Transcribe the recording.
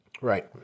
right